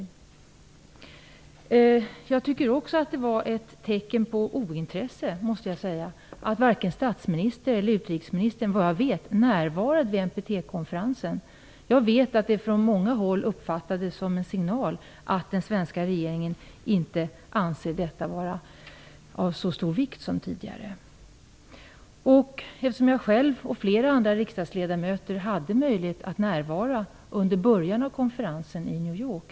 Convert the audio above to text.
Vidare tycker jag att det är ett tecken på ointresse att varken statsministern eller utrikesministern, såvitt jag vet, närvarade vid NPT-konferensen. Jag vet att det på många håll uppfattades som en signal om att den svenska regeringen inte anser detta vara av lika stor vikt som tidigare. Jag själv och flera andra riksdagsledamöter hade möjlighet att närvara i början av konferensen i New York.